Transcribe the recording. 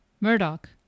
Murdoch